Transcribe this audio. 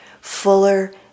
fuller